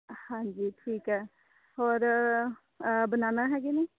ਹਾਂਜੀ ਠੀਕ ਹੈ ਹੋਰ ਬਨਾਨਾ ਹੈਗੇ ਨੇ